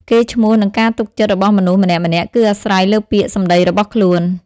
កេរ្តិ៍ឈ្មោះ និងការទុកចិត្តរបស់មនុស្សម្នាក់ៗ គឺអាស្រ័យលើពាក្យសម្ដីរបស់ខ្លួន។